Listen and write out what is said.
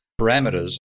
parameters